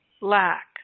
lack